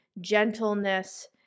gentleness